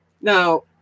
Now